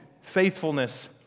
faithfulness